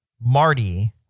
Marty